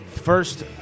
First